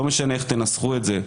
לא משנה איך תנסחו את זה,